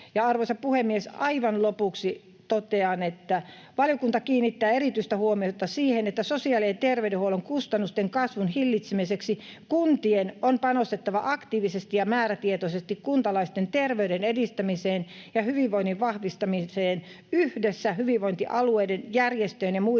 arvoisa puhemies, aivan lopuksi totean, että valiokunta kiinnittää erityistä huomiota siihen, että sosiaali‑ ja terveydenhuollon kustannusten kasvun hillitsemiseksi kuntien on panostettava aktiivisesti ja määrätietoisesti kuntalaisten terveyden edistämiseen ja hyvinvoinnin vahvistamiseen yhdessä hyvinvointialueiden, järjestöjen ja muiden